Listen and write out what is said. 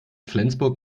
flensburg